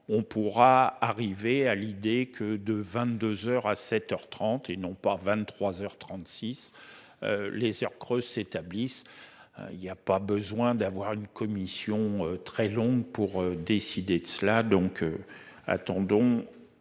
on pourra arriver à l'idée que de 22h à 7h 30 et non pas 23h 36. Les heures creuses s'établissent. Il y a pas besoin d'avoir une commission très longue pour décider de cela donc. Attendons.